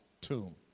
tomb